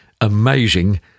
amazing